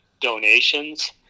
donations